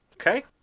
okay